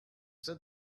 sit